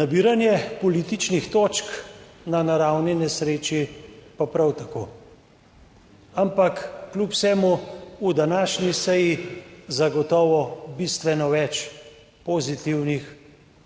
nabiranje političnih točk na naravni nesreči pa prav tako. Ampak kljub vsemu v današnji seji zagotovo bistveno več pozitivnih